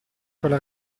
quella